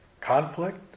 conflict